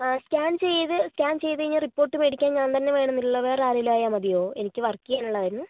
scan ചെയ്ത് scan ചെയ്തുകഴിഞ്ഞാൽ report മേടിക്കാൻ ഞാൻ തന്നെ വേണമെന്നില്ലല്ലോ വേറെ ആരെങ്കിലും ആയാൽ മതിയോ എനിക്ക് വർക്ക് ചെയ്യാനുള്ളതായിരുന്നു